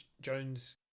Jones